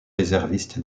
réserviste